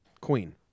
queen